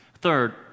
Third